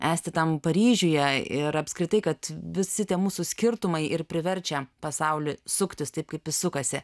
esti tam paryžiuje ir apskritai kad visi tie mūsų skirtumai ir priverčia pasaulį suktis taip kaip jis sukasi